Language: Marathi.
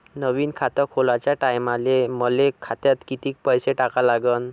नवीन खात खोलाच्या टायमाले मले खात्यात कितीक पैसे टाका लागन?